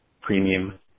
Premium